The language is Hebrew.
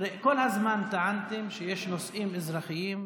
כל הזמן טענתם שיש נושאים אזרחיים,